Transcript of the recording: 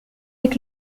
avec